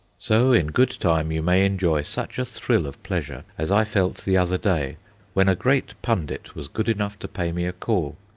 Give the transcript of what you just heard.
so, in good time, you may enjoy such a thrill of pleasure as i felt the other day when a great pundit was good enough to pay me a call.